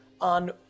on